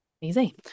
easy